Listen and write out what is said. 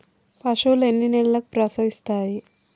పశువులు ఎన్ని నెలలకు ప్రసవిస్తాయి?